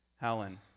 Helen